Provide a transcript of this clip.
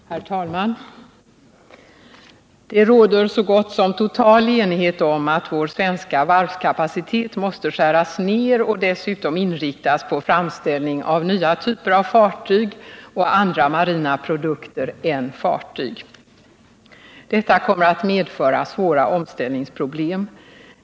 Herr talman! Det råder så gott som total enighet om att vår svenska varvskapacitet måste skäras ned och dessutom inriktas på framställning av nya typer av fartyg och andra marina produkter än fartyg. Detta kommer att medföra svåra omställningsproblem.